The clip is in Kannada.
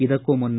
ಇದಕ್ಕೂ ಮುನ್ನ